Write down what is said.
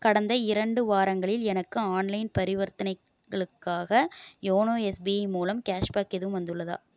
கடந்த இரண்டு வாரங்களில் எனக்கு ஆன்லைன் பரிவர்த்தனைகளுக்காக யோனோ எஸ்பிஐ மூலம் கேஷ்பேக் எதுவும் வந்துள்ளதா